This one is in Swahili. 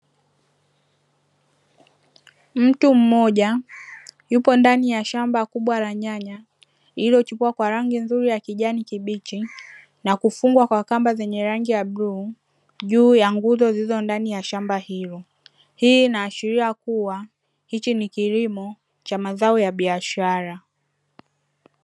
Mtu mmoja yupo ndani ya shamba kubwa la nyanya, iliyochipua kwa rangi nzuri ya kijani kibichi na kufungwa kwa kamba zenye rangi ya bluu juu ya nguzo zilizo ndani ya shamba hilo. Hii inaashiria kuwa, hichi ni kilimo cha mazao ya biashara.